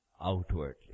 outwardly